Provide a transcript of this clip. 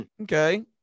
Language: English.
Okay